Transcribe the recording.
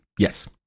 Yes